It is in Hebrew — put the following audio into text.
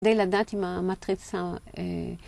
די לדעת אם המטריצה...